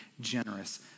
generous